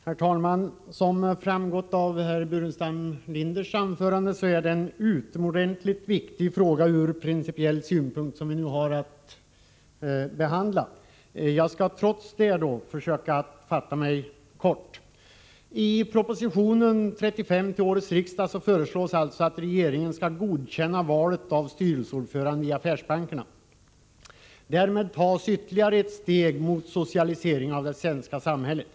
Herr talman! Som framgått av herr Burenstam Linders anförande är det en från principiell synpunkt utomordentligt viktig fråga som vi nu har att behandla. Trots detta skall jag försöka att fatta mig kort. I proposition 35 till årets riksdag föreslås att regeringen skall godkänna valet av styrelseordförande i affärsbankerna. Därmed tas ytterligare ett steg mot socialisering av det svenska samhället.